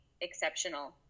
exceptional